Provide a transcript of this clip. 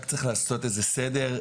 רק צריך לעשות סדר.